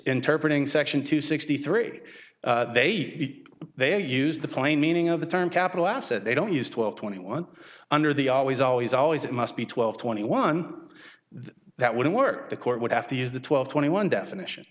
interpret in section two sixty three they say they use the plain meaning of the term capital asset they don't use twelve twenty one under the always always always it must be twelve twenty one that wouldn't work the court would have to use the twelve twenty one definition